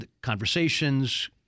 conversations